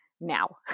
now